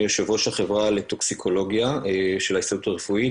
אני יו"ר החברה לטוקסיקולוגיה של ההסתדרות הרפואית